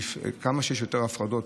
ככל שזה יותר הפרדות,